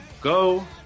go